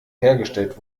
hergestellt